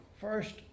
first